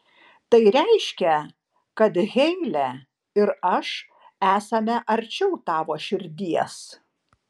tai reiškia kad heile ir aš esame arčiau tavo širdies